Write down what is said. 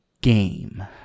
game